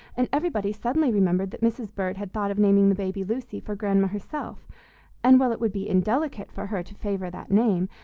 and everybody suddenly remembered that mrs. bird had thought of naming the baby lucy, for grandma herself and, while it would be indelicate for her to favor that name,